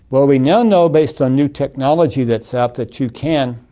but we now know, based on new technology that's out, that you can,